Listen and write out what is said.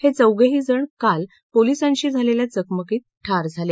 हे चौघेही जण काल पोलिसांशी झालेल्या चकमकीत ठार झाले